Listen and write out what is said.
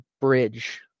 bridge